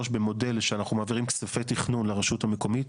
במודל שאנחנו מעבירים כספי תכנון לרשות המקומית.